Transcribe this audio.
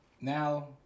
now